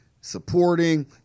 Supporting